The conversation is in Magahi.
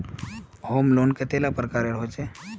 होम लोन कतेला प्रकारेर होचे?